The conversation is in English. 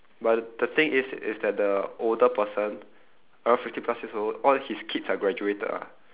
but the the thing is is that the older person around fifty plus years old all his kids are graduated ah